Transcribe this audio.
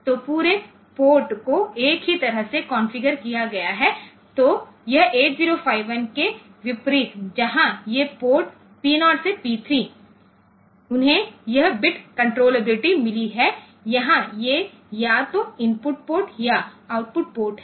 तो पूरे पोर्ट को एक ही तरह से कॉन्फ़िगर किया गया है तो यह 8051 के विपरीत जहां ये पोर्ट P 0 से P 3 उन्हें यह बिट कण्ट्रोलाबिलिटी मिली है यहाँ ये या तो इनपुट पोर्ट या आउटपुट पोर्ट है